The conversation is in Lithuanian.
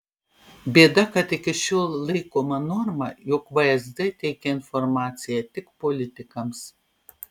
bėda kad iki šiol laikoma norma jog vsd teikia informaciją tik politikams